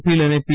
feel અને પી